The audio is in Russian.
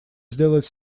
сделать